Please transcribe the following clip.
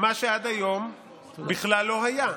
מה שעד היום בכלל לא היה.